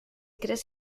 crees